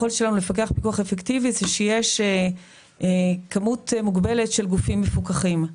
זה שתהיה כמות מוגבלת של גופים מפוקחים.